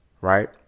Right